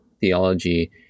theology